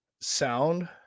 sound